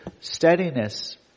steadiness